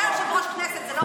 אתה יושב-ראש הכנסת, זה לא בושה?